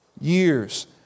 years